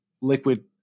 liquid